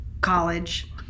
college